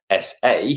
sa